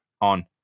on